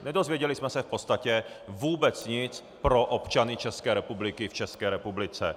Nedozvěděli jsme se v podstatě vůbec nic pro občany České republiky v České republice.